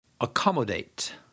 Accommodate